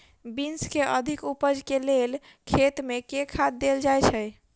Beans केँ अधिक उपज केँ लेल खेत मे केँ खाद देल जाए छैय?